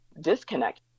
disconnect